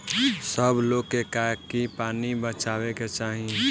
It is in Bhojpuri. सब लोग के की पानी बचावे के चाही